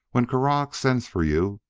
when krargh sends for you,